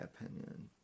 opinion